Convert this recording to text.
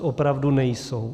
Opravdu nejsou.